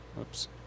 Oops